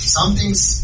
Something's